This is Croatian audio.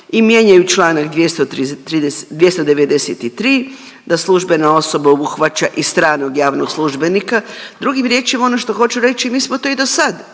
i mijenjaju čl. 293. da službena osoba obuhvaća i stranog javnog službenika, drugim riječima ono što hoću reći mi smo to i dosad